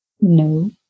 No